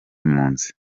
impunzi